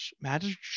Magic